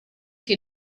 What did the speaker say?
che